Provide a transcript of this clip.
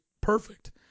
perfect